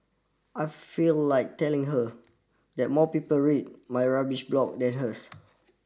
I feel like telling her that more people read my rubbish blog than hers